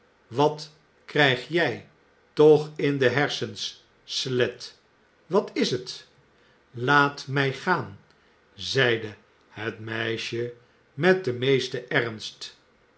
wat krijg jij tch in de hersens slet wat is het laat mij gaan zeide het meisje met den i meesten ernst